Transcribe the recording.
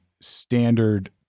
standard